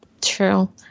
True